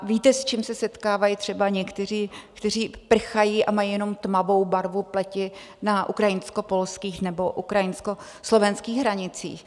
Víte, s čím se setkávají třeba někteří, který prchají a mají jenom tmavou barvu pleti na ukrajinskopolských nebo ukrajinskoslovenských hranicích?